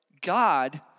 God